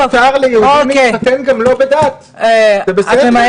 מותר ליהודים להתחתן גם שלא בדרך הדת, זה בסדר.